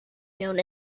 known